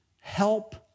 help